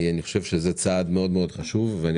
אני חושב שזה צעד מאוד מאוד חשוב ואני